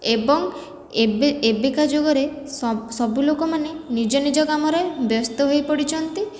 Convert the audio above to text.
ଏବଂ ଏବେ ଏବେକା ଯୁଗରେ ସବୁ ଲୋକମାନେ ନିଜ ନିଜ କାମରେ ବ୍ୟସ୍ତ ହୋଇପଡ଼ିଛନ୍ତି